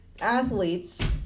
athletes